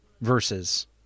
verses